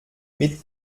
mit